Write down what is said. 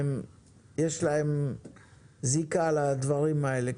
יש להם זיקה לדברים האלה,